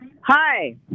Hi